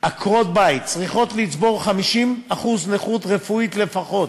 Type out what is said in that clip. עקרות-בית צריכות לצבור 50% נכות רפואית לפחות,